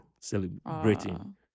celebrating